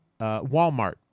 Walmart